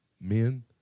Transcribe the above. men